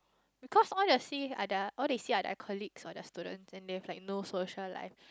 because all they see are their all they see are their colleagues or their students and they have like no social life